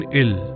ill